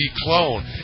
clone